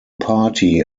party